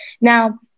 Now